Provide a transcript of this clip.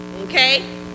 Okay